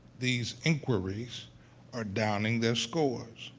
these inquiries are downing their scores.